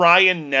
Ryan